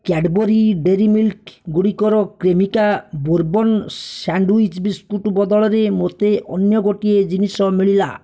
Cadbury Dairy Milk ଗୁଡ଼ିକର Cremica bourbon sandwich biscuit ବଦଳରେ ମୋତେ ଅନ୍ୟ ଗୋଟିଏ ଜିନିଷ ମିଳିଲା